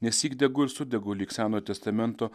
nesyk degu ir sudegu lyg senojo testamento